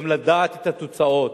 גם לדעת את התוצאות,